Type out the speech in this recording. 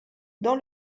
dans